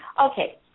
Okay